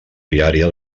viària